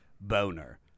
boner